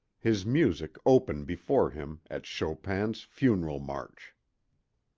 his music open before him at chopin's funeral march.